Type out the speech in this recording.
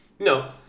No